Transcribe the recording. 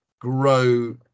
grow